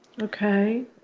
Okay